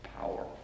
power